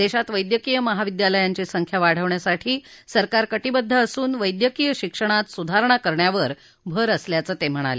देशात वैद्यकीय महाविद्यालयांची संख्या वाढवण्यासाठी सरकार कटिबद्ध असून वैद्यकीय शिक्षणात सुधारणा करण्यावर भर असल्याचं ते म्हणाले